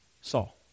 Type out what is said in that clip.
Saul